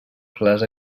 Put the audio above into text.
clars